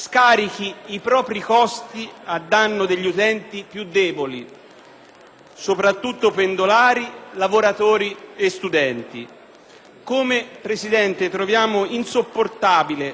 soprattutto pendolari, lavoratori e studenti. Allo stesso modo, troviamo insopportabile lo scarico di responsabilità,